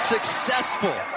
Successful